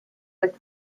but